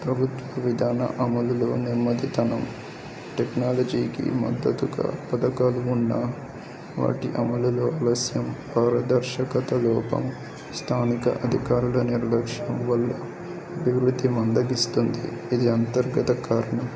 ప్రభుత్వ విధాన అమలులో నెమ్మదితనం టెక్నాలజీకి మద్దతుగా పథకాలు ఉన్న వాటి అమలులో ఆలస్యం పారదర్శకత లోపం స్థానిక అధికారుల నిర్లక్ష్యం వల్ల అభివృద్ధి మందగిస్తుంది ఇది అంతర్గత కారణం